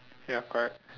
ya correct